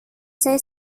saya